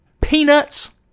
peanuts